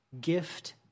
Gift